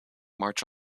march